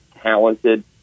talented